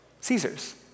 Caesar's